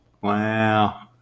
Wow